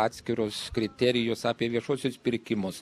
atskirus kriterijus apie viešuosius pirkimus